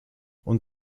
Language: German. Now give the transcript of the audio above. und